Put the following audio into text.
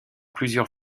plusieurs